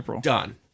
Done